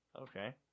Okay